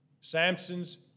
Samson's